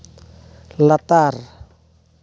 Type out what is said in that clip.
ᱞᱟᱛᱟᱨ